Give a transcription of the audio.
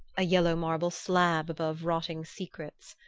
a yellow marble slab above rotting secrets.